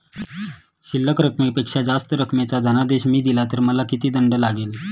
शिल्लक रकमेपेक्षा जास्त रकमेचा धनादेश मी दिला तर मला किती दंड लागेल?